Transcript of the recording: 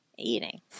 eating